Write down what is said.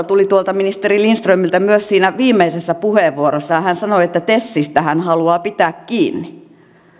tuli tuolta ministeri lindströmiltä myös siinä hänen viimeisessä puheenvuorossaan hän sanoi että tesistä hän haluaa pitää kiinni